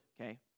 okay